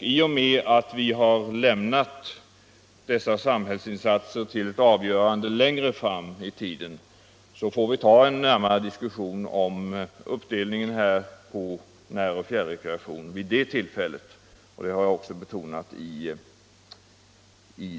I och med att vi har lämnat dessa samhällsinsatser till ett avgörande längre fram i tiden får vi ta en närmare diskussion om prioriteringen mellan näroch fjärrekreation vid det tillfället. Det har jag också betonat i